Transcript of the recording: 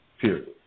Period